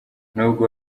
n’ubwo